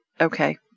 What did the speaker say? Okay